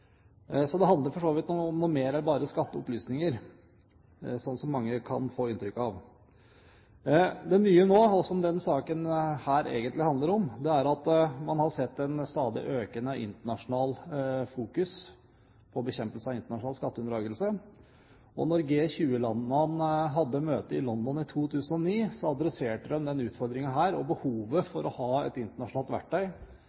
Det handler for så vidt om noe mer enn bare skatteopplysninger, slik man kan få inntrykk av. Det som nå er nytt, og som denne saken egentlig handler om, er at man har sett en stadig økende internasjonal fokusering på bekjempelse av internasjonal skatteunndragelse, og da G20-landene hadde møte i London i 2009, adresserte de denne utfordringen og behovet